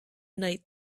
night